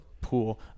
pool